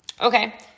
Okay